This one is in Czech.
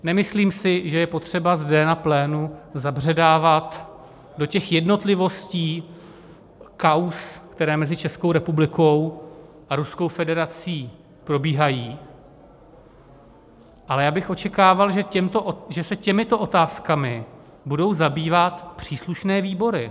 Nemyslím si, že je potřeba zde na plénu zabředávat do těch jednotlivostí, kauz, které mezi Českou republikou a Ruskou federací probíhají, ale já bych očekával, že se těmito otázkami budou zabývat příslušné výbory.